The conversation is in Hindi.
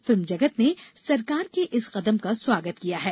फिल्म जगत ने सरकार के इस कदम का स्वागत किया है